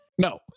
no